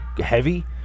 heavy